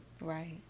Right